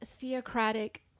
theocratic